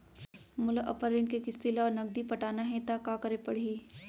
मोला अपन ऋण के किसती ला नगदी पटाना हे ता का करे पड़ही?